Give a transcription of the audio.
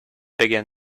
began